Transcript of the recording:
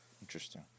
interesting